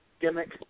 gimmick